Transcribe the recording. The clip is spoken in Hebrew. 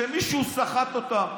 שמישהו סחט אותם.